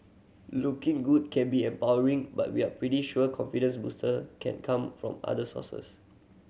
looking good can be empowering but we're pretty sure confidence booster can come from other sources